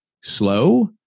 slow